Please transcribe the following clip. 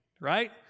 right